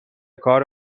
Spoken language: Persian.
کار